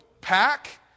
pack